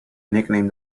nicknamed